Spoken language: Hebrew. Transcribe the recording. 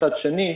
מצד שני,